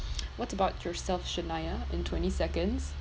what about yourself shania in twenty seconds